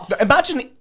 Imagine